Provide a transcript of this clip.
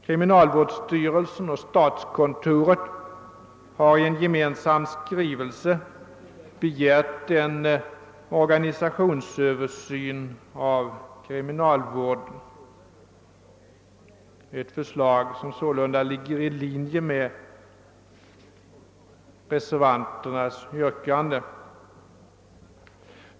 Kriminalvårdsstyrelsen och statskontoret har i en gemensam skrivelse begärt en organisationsöversyn av kriminalvården, ett förslag som således ligger i linje med reservanternas yrkande.